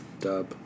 Dub